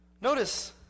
Notice